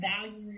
values